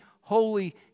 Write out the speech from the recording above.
holy